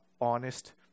honest